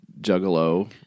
juggalo